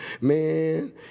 man